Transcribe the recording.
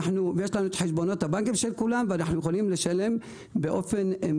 ויש לנו חשבונות הבנקים של כולם ויכולים לשלם מיידית.